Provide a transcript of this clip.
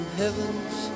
heavens